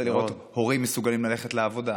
היית רוצה לראות הורים מסוגלים ללכת לעבודה.